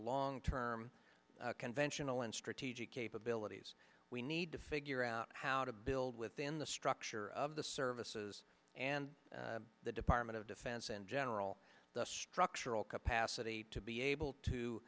long term conventional and strategic capabilities we need to figure out how to build within the structure of the services and the department of defense and general the structural capacity to be able to